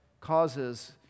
causes